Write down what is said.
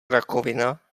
rakovina